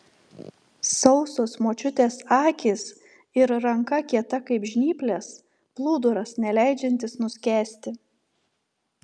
sausos močiutės akys ir ranka kieta kaip žnyplės plūduras neleidžiantis nuskęsti